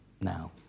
now